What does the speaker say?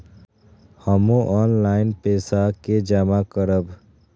हमू ऑनलाईनपेसा के जमा करब?